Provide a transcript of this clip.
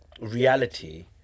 reality